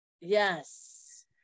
Yes